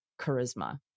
charisma